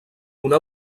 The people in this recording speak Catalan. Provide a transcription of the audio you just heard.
una